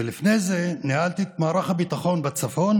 ולפני זה ניהלתי את מערך הביטחון בצפון